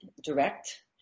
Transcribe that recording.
direct